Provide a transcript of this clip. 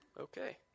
Okay